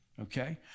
okay